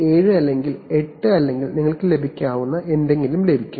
7 അല്ലെങ്കിൽ 8 അല്ലെങ്കിൽ നിങ്ങൾക്ക് ലഭിക്കുന്ന എന്തെങ്കിലും ലഭിക്കും